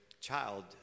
child